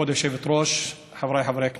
כבוד היושבת-ראש, חבריי חברי הכנסת,